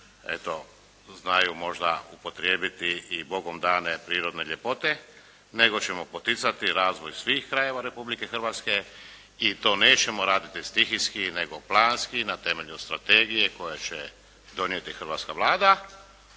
eto znaju možda upotrijebiti i Bogom dane prirodne ljepote nego ćemo poticati razvoj svih krajeva Republike Hrvatske i to nećemo raditi stihijski nego planski na temelju strategije koju će donijeti hrvatska Vlada